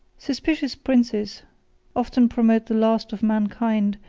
suspicious princes often promote the last of mankind,